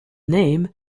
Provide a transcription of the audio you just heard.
name